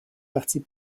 partis